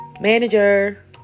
Manager